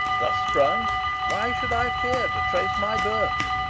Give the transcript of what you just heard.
thus sprung why should i fear trace my birth?